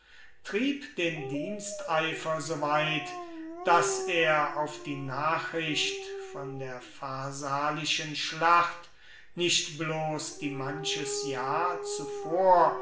trieb den diensteifer so weit daß er auf die nachricht von der pharsalischen schlacht nicht bloß die manches jahr zuvor